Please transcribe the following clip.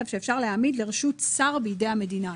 שאפשר להעמיד לרשות שר בידי המדינה,